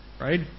right